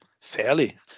fairly